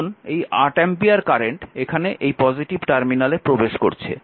এখন এই 8 ampere current এখানে এই পজিটিভ টার্মিনালে প্রবেশ করছে